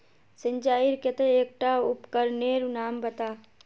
सिंचाईर केते एकटा उपकरनेर नाम बता?